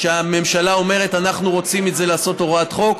והממשלה אומרת: אנחנו רוצים את זה לעשות הוראת חוק,